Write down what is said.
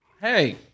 Hey